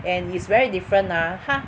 and it's very different ah 它